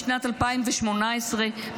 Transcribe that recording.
משנת 2018,